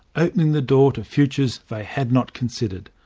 opening the door to futures they had not considered.